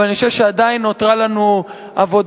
אבל אני חושב שעדיין נותרה לנו בעיה,